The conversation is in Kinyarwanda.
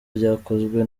ryakozwe